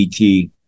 et